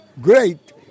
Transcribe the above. great